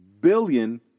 billion